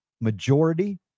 Majority